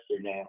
now